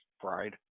fried